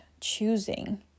choosing